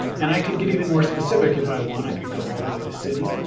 and i could get even more specific if i want i could go all the way to city,